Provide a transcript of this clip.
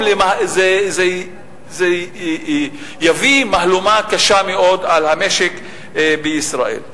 זה יביא מהלומה קשה מאוד על המשק בישראל.